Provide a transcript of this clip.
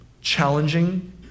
challenging